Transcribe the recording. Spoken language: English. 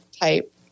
type